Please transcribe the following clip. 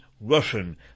Russian